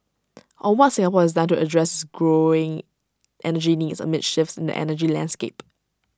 on what Singapore has done to address growing energy needs amid shifts in the energy landscape